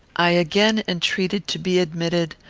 i again entreated to be admitted,